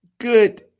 Good